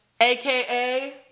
aka